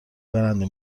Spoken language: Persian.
برنده